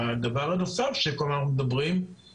הדבר הנוסף שאנחנו כל הזמן מדברים עליו